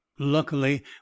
Luckily